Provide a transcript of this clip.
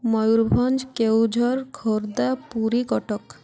Mayurbhanj Keonjhar Khordha Puri Cuttack